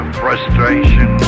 frustration